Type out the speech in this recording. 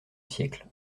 siècle